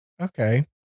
okay